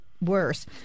worse